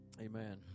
amen